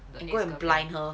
they go and blind her